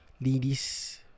ladies